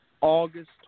August